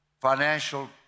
financial